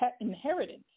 inheritance